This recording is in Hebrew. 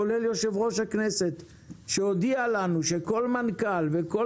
כולל יושב-ראש הכנסת שהודיע לנו שכל מנכ"ל וכל